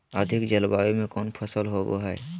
अधिक जलवायु में कौन फसल होबो है?